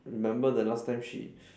remember the last time she